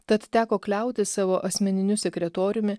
tad teko kliautis savo asmeniniu sekretoriumi